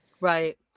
Right